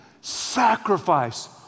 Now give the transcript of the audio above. sacrifice